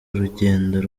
urugendo